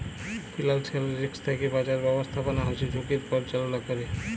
financial risk থ্যাকে বাঁচার ব্যাবস্থাপনা হচ্যে ঝুঁকির পরিচাললা ক্যরে